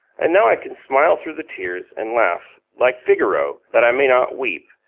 and now i can smile through the tears and laugh, like figaro, that i may not weep,